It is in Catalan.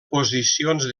posicions